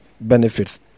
benefits